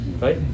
Right